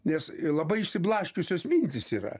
nes labai išsiblaškiusios mintys yra